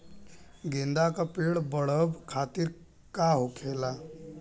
गेंदा का पेड़ बढ़अब खातिर का होखेला?